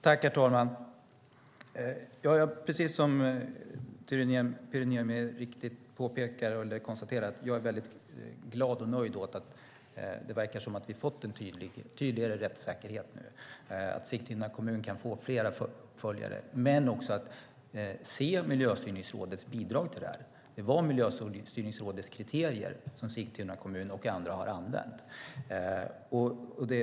Herr talman! Precis som Pyry Niemi konstaterar är jag väldigt glad och nöjd över att det verkar som att vi har fått en tydligare rättssäkerhet och över att Sigtuna kommun kan få flera efterföljare. Men det är viktigt att se Miljöstyrningsrådets bidrag till det här. Det är Miljöstyrningsrådets kriterier som Sigtuna kommun och andra har använt.